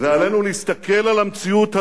ועלינו להסתכל על המציאות הזאת,